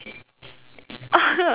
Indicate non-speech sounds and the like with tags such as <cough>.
<laughs> okay okay